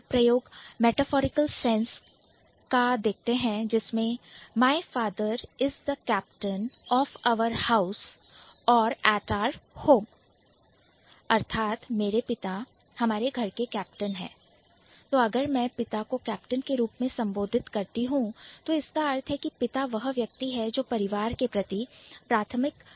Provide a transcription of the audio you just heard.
एक प्रयोग Metaphorical Sense metaphorical sense रूपक का देखते हैं My father is the Captain of our House or at our Home my father is the captain of our house और our home अर्थात मेरे पिता हमारे घर के कैप्टन है तो अगर मैं पिता को कैप्टन के रूप में संबोधित करती हूं तो इसका अर्थ है कि पिता वह व्यक्ति है जो परिवार के प्रति प्राथमिक जिम्मेदारी निभा रहे हैं